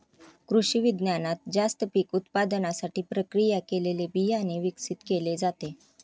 कृषिविज्ञानात जास्त पीक उत्पादनासाठी प्रक्रिया केलेले बियाणे विकसित केले जाते